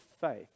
faith